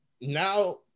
now